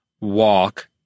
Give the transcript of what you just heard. walk